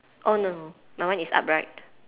oh no no my one is upright